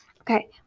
okay